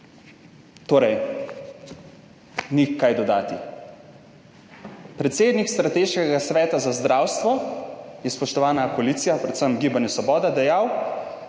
Torej, ni kaj dodati. Predsednik strateškega sveta za zdravstvo, je spoštovana koalicija, predvsem Gibanje Svoboda, dejal,